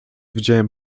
widziałem